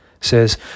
says